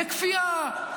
בכפייה.